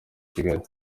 kigali